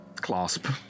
Clasp